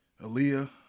Aaliyah